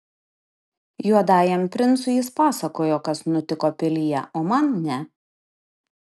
juodajam princui jis pasakojo kas nutiko pilyje o man ne